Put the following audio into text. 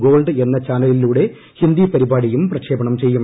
gold എന്ന ചാനലിലൂടെ ഹിന്ദി പരിപാടിയും പ്രക്ഷേപണം ചെയ്യും